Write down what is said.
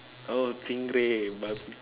oh stingray b~